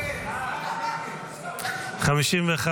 הסתייגות 78 לא נתקבלה.